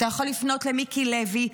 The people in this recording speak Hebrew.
אתה יכול לפנות למיקי לוי,